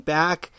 back